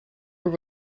were